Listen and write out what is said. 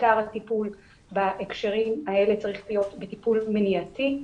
עיקר הטיפול בהקשרים האלה צריך להיות בטיפול מניעתי,